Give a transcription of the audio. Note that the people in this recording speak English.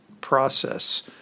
process